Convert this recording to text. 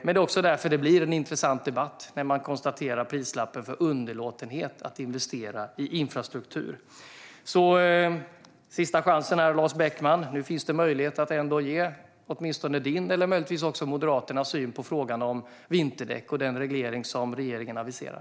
Det är också därför det blir en intressant debatt när man konstaterar prislappen för underlåtenhet i att investera i infrastruktur. Nu är det sista chansen, Lars Beckman, att ge din och möjligtvis också Moderaternas syn på frågan om vinterdäck och den reglering som regeringen aviserar.